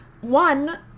one